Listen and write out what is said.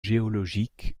géologiques